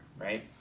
right